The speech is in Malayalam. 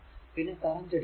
പിന്നെ കറന്റ് ഡിവിഷൻ